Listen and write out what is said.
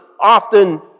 often